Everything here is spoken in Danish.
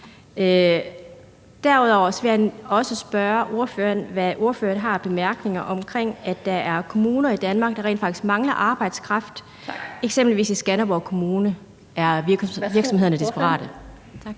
Derudover vil jeg også spørge ordføreren, hvad ordføreren har af bemærkninger til, at der er kommuner i Danmark, der rent faktisk mangler arbejdskraft. Eksempelvis i Skanderborg Kommune er virksomhederne desperate. Tak.